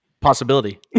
possibility